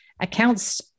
accounts